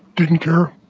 didn't care.